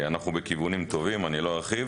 אנחנו בכיוונים טובים, לא ארחיב.